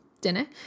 dinner